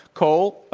coal,